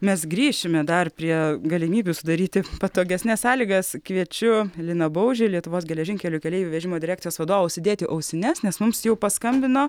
mes grįšime dar prie galimybių sudaryti patogesnes sąlygas kviečiu liną baužį lietuvos geležinkelių keleivių vežimo direkcijos vadovą užsidėti ausines nes mums jau paskambino